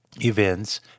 events